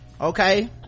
Okay